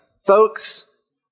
folks